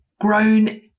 grown